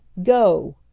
go!